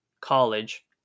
college